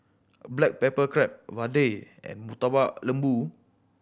black pepper crab vadai and Murtabak Lembu